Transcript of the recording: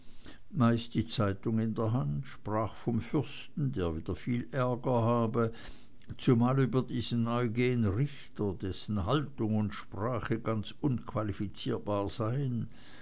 meist die zeitung in der hand sprach vom fürsten der wieder viel ärger habe zumal über diesen eugen richter dessen haltung und sprache ganz unqualifizierbar seien